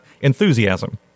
enthusiasm